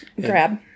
grab